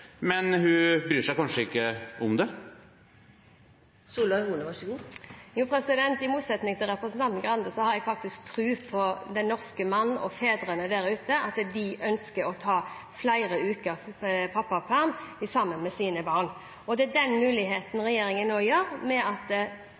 men hun bryr seg kanskje ikke om det? Jo, i motsetning til representanten Grande har jeg faktisk tro på den norske mann og fedrene der ute – at de ønsker å ta flere uker pappaperm sammen med sine barn. Det er den muligheten